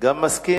גם מסכים?